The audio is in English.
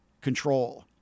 control